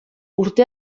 urte